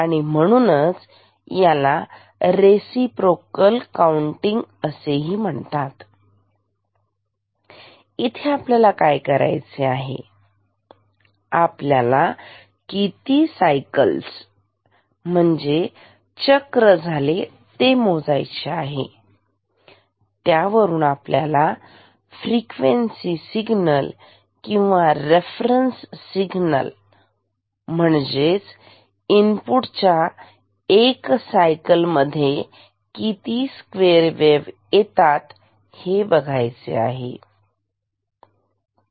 आणि म्हणूनच याला रिसिप्रोकल काउंटिंग असे म्हणतात इथे आपल्याला काय करायचे आहे आपल्याला किती सायकल्स चक्र झाले ते मोजायचे आहे त्यावरून आपल्याला फ्रिक्वेन्सी सिग्नल किंवा रेफरन्स सिग्नल म्हणजेच इनपुट च्या एक सायकल मध्ये किती स्क्वेअर वेव्ह येतात ते बघायचे आहे